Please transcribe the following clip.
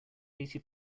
eighty